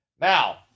Now